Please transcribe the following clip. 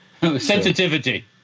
Sensitivity